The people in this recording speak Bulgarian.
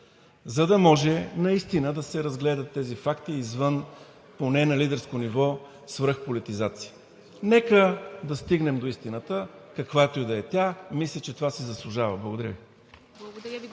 за да може наистина да се разгледат тези факти извън, поне на лидерско ниво, свръхполитизация. Нека да стигнем до истината, каквато и да е тя. Мисля, че това си заслужава. Благодаря Ви.